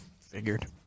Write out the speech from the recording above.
figured